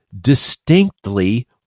distinctly